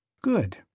Good